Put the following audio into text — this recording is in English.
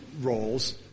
roles